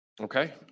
okay